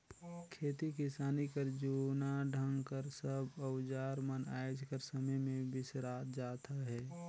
खेती किसानी कर जूना ढंग कर सब अउजार मन आएज कर समे मे बिसरात जात अहे